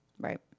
Right